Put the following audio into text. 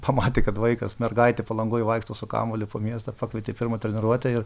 pamatė kad vaikas mergaitė palangoj vaikšto su kamuoliu po miestą pakvietė į pirmą treniruotę ir